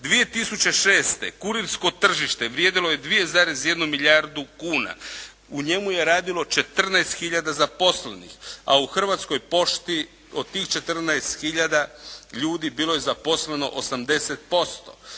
2006. kurirsko tržište vrijedilo je 2,1 milijardu kuna. U njemu je radilo 14 hiljada zaposlenih, a u Hrvatskoj pošti od tih 14 hiljada ljudi bilo je zaposleno 80%.